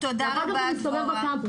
ואחר כך הוא מסתובב בקמפוס,